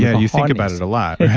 you think about it a lot, right?